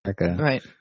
Right